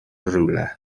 rhywle